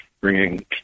bringing